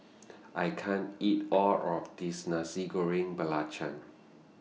I can't eat All of This Nasi Goreng Belacan